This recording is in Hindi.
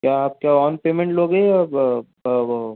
क्या आप क्या ऑन पेमेंट लोगे या वो